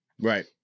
Right